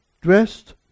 Dressed